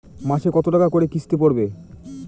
মাসে কত টাকা করে কিস্তি পড়বে?